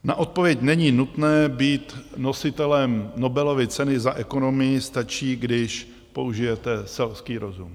Na odpověď není nutné být nositelem Nobelovy ceny za ekonomii, stačí, když použijete selský rozum.